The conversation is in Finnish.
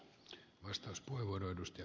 arvoisa puhemies